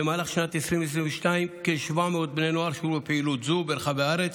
במהלך שנת 2022 כ-700 בני נוער שולבו בפעילות זו ברחבי הארץ,